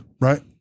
right